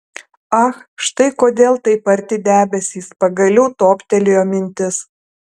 ach štai kodėl taip arti debesys pagaliau toptelėjo mintis